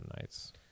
nights